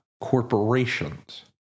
corporations